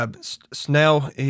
Snell